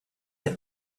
had